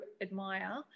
admire